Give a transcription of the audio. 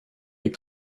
your